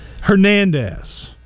Hernandez